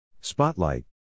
Spotlight